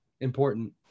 important